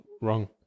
wrong